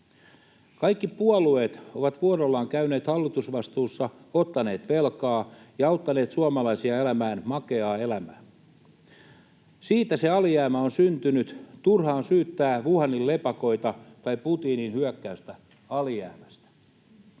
Kaikki puolueet ovat vuorollaan käyneet hallitusvastuussa, ottaneet velkaa ja auttaneet suomalaisia elämään makeaa elämää. Siitä se alijäämä on syntynyt. Turha on syyttää Wuhanin lepakoita tai Putinin hyökkäystä alijäämästä.